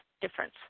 difference